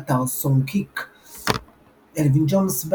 באתר Songkick אלווין ג'ונס,